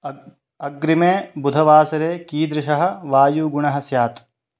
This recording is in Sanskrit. अग् अग्रिमे बुधवासरे कीदृशः वायुगुणः स्यात्